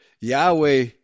Yahweh